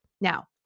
Now